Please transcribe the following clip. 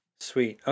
Sweet